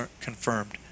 confirmed